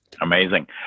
Amazing